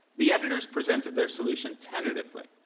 the editors presented their solution tentatively,